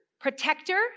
protector